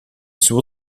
suo